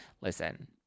Listen